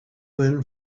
when